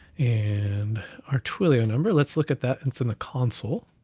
and our twilio number. let's look at that, and it's in the console.